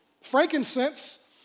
Frankincense